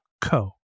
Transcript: co